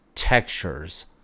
textures